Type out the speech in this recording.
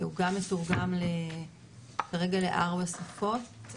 הוא גם מתורגם כרגע ל-4 שפות,